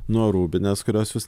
nuo rūbinės kurios jus